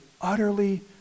utterly